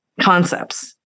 concepts